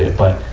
but,